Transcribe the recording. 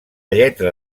lletra